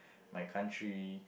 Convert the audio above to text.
my country